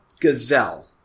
Gazelle